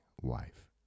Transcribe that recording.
wife